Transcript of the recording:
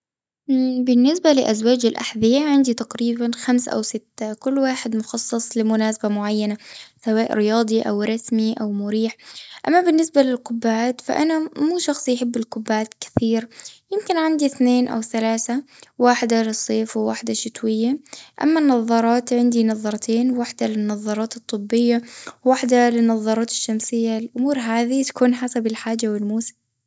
اه بالنسبة لأزواج الأحذية، عندي تقريباً خمسة أو ستة. كل واحد مخصص لمناسبة معينة، سواء رياضي أو رسمي، أو مريح. أما بالنسبة للقبعات، فأنا مو- مو شخص يحب القبعات كثير. يمكن عندي اثنين أو ثلاثة، واحدة للصيف، وواحدة شتوية. أما النظارات، عندي نظارتين، واحدة للنظارات الطبية، ووحدة للنظارات الشمسية. الأمور هذه تكون حسب الحاجة والموسم.